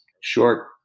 Short